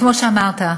כמו שאמרת,